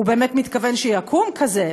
הוא באמת מאמין שיקום כזה,